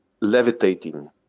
levitating